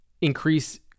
increase